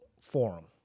forum